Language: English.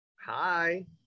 Hi